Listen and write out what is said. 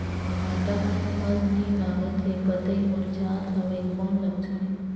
भांटा मे फल नी लागत हे पतई मुरझात हवय कौन लक्षण हे?